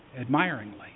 admiringly